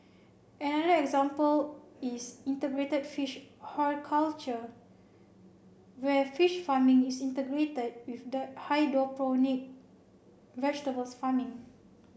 another example is integrated fish horticulture where fish farming is integrated with the hydroponic vegetable farming